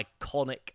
iconic